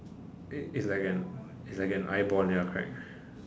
it's it's like an it's like an eyeball ya correct